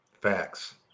Facts